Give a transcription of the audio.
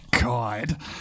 God